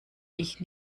ich